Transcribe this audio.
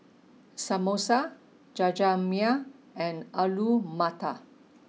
Samosa Jajangmyeon and Alu Matar